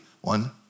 one